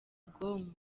bwonko